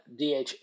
DHA